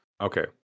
Okay